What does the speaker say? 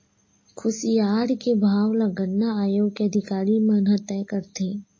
खुसियार के भाव ल गन्ना आयोग के अधिकारी मन ह तय करथे